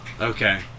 okay